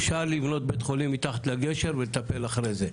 אפשר לבנות בית חולים מתחת לגשר ולטפל אחרי זה,